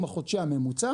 בתשלום החודשי הממוצע,